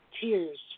tears